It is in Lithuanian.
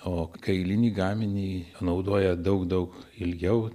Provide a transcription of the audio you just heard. o kailinį gaminį naudoja daug daug ilgiau